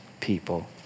people